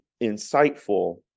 insightful